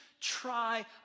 try